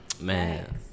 Man